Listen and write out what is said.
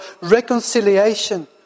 reconciliation